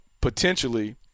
potentially –